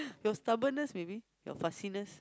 your stubbornness maybe your fussiness